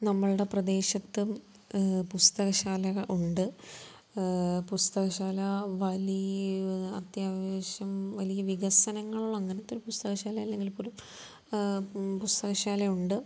നമ്മളുടെ പ്രദേശത്തും പുസ്തകശാലക ഉണ്ട് പുസ്തകശാല അത്യാവശ്യം വലിയ വികസനങ്ങൾ അങ്ങനെത്തെ ഒരു പുസ്തകശാല അല്ലെങ്കിൽ പോലും പുസ്തകശാല ഉണ്ട്